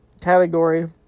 category